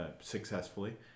successfully